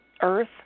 Earth